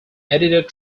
edited